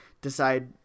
decide